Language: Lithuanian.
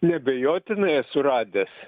neabejotinai esu radęs